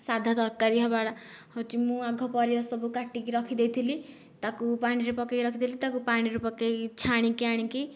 ସାଧା ତରକାରୀ ହେବାଟା ହେଉଛି ମୁଁ ଆଗ ପରିବା ସବୁ କାଟିକି ରଖି ଦେଇଥିଲି ତାକୁ ପାଣିରେ ପକାଇ ରଖିଥିଲି ତାକୁ ପାଣିରେ ପକାଇ ଛାଣିକି ଆଣିକି